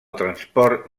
transport